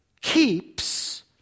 keeps